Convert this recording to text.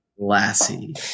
Lassie